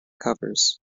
covers